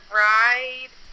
ride